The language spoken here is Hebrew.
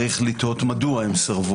יש לתהות מדוע.